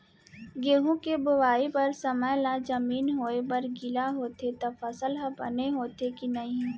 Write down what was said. गेहूँ के बोआई बर समय ला जमीन होये बर गिला होथे त फसल ह बने होथे की नही?